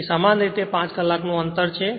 તેથી સમાન રીતે 5 કલાક નો અંતર છે